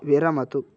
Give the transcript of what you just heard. विरमतु